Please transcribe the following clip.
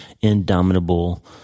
indomitable